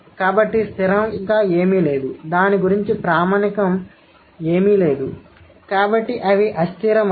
కాబట్టి స్థిరంగా ఏమీ లేదు దాని గురించి ప్రామాణికం ఏమీ లేదు కాబట్టి అవి అస్థిరమయినవి